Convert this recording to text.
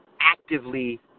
actively